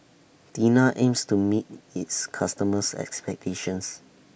Tena aims to meet its customers' expectations